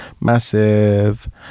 Massive